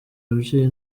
ababyeyi